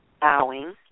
bowing